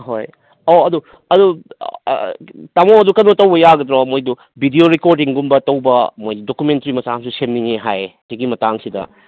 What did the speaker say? ꯑꯍꯣꯏ ꯑꯧ ꯑꯗꯨ ꯑꯗꯨ ꯇꯥꯃꯣ ꯑꯗꯨ ꯀꯩꯅꯣ ꯇꯧꯕ ꯌꯥꯒꯗ꯭ꯔꯣ ꯃꯣꯏꯗꯨ ꯚꯤꯗꯤꯑꯣ ꯔꯦꯀꯣꯔꯗꯤꯡꯒꯨꯝꯕ ꯇꯧꯕ ꯃꯣꯏ ꯗꯣꯀꯨꯃꯦꯟꯇꯔꯤ ꯃꯆꯥꯃꯁꯨ ꯁꯦꯝꯅꯤꯡꯉꯦ ꯍꯥꯏꯌꯦ ꯁꯤꯒꯤ ꯃꯇꯥꯡꯁꯤꯗ